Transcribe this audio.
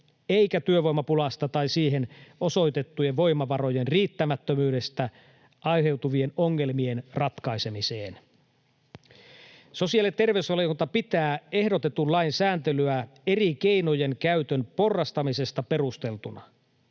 eikä työvoimapulasta tai siihen osoitettujen voimavarojen riittämättömyydestä aiheutuvien ongelmien ratkaisemiseen. Sosiaali- ja terveysvaliokunta pitää ehdotetun lain sääntelyä eri keinojen käytön porrastamisesta perusteltuna.